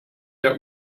der